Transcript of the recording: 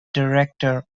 director